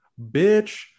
Bitch